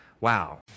Wow